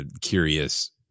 curious